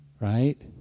right